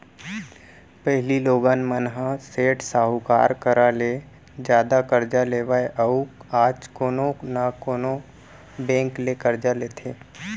पहिली लोगन मन ह सेठ साहूकार करा ले जादा करजा लेवय अउ आज कोनो न कोनो बेंक ले करजा लेथे